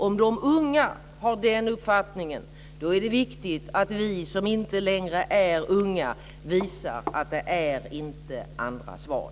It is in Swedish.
Om de unga har den uppfattningen är det viktigt att vi som inte längre är unga visar att det inte är andras val.